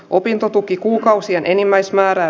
opintotukikuukausien enimmäismäärä